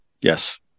Yes